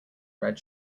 red